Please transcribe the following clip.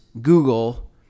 Google